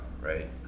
right